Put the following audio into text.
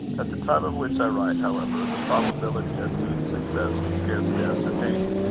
at the time of which i write, however, the probability as to his success was scarcely ascertained,